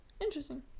interesting